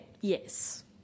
Yes